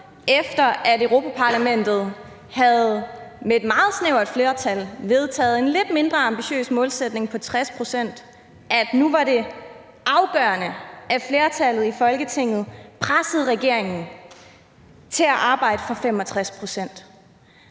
efter at Europa-Parlamentet med et meget snævert flertal havde vedtaget en lidt mindre ambitiøs målsætning på 60 pct., at nu var det afgørende, at flertallet i Folketinget pressede regeringen til at arbejde for 65 pct.